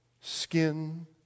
Skin